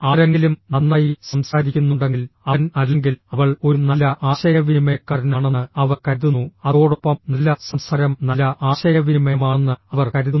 ആരെങ്കിലും നന്നായി സംസാരിക്കുന്നുണ്ടെങ്കിൽ അവൻ അല്ലെങ്കിൽ അവൾ ഒരു നല്ല ആശയവിനിമയക്കാരനാണെന്ന് അവർ കരുതുന്നു അതോടൊപ്പം നല്ല സംസാരം നല്ല ആശയവിനിമയമാണെന്ന് അവർ കരുതുന്നു